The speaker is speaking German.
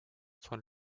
von